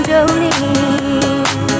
Jolene